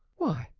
why,